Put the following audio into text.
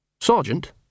Sergeant